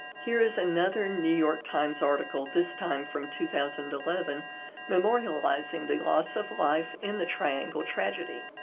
here is another new york times article this time from two thousand and eleven memorializing the loss of life in the triangle tragedy.